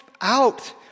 out